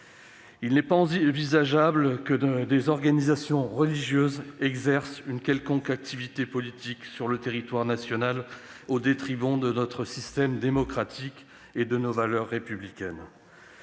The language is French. Il n'est pas envisageable que des organisations religieuses exercent une quelconque activité politique sur le territoire national, au détriment de notre système démocratique et de nos valeurs républicaines.